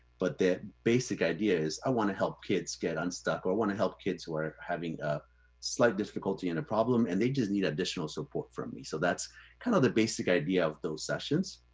but the basic idea is i want to help kids get unstuck or want to help kids who are having a slight difficulty in a problem, and they just need additional support from me. so that's kind of the basic idea of those sessions.